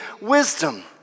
wisdom